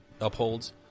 upholds